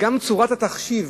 צורת התחשיב,